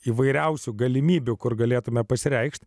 įvairiausių galimybių kur galėtumėme pasireikšti